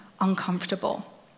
uncomfortable